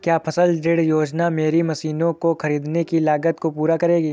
क्या फसल ऋण योजना मेरी मशीनों को ख़रीदने की लागत को पूरा करेगी?